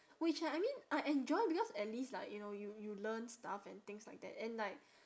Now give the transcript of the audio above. which I I mean I enjoy because at least like you know you you learn stuff and things like that and like